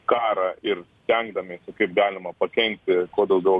karą ir stengdamiesi kaip galima pakenkti kuo daugiau